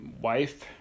wife